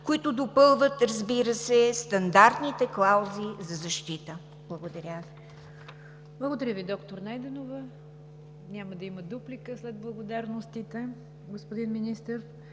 които допълват, разбира се, стандартните клаузи за защита. Благодаря Ви. ПРЕДСЕДАТЕЛ НИГЯР ДЖАФЕР: Благодаря Ви, доктор Найденова. Няма да има дуплика след благодарностите, господин Министър.